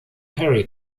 perry